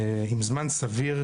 עם זמן סביר,